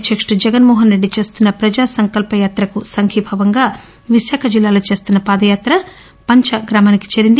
అధ్యకుడు జగన్ మోహన్ రెడ్డి చేస్తున్న ప్రజాసంకల్ప యాత్రం సంఘీభావంగా విశాఖ జిల్లాలో చేస్తున్న పాదయాత్ర పంచగ్రామానికి చేరింది